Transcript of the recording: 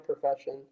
profession